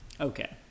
Okay